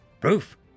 Proof